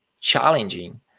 challenging